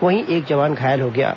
वहीं एक जवान घायल हो गया है